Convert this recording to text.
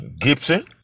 Gibson